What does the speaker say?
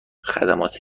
خدمات